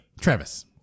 Travis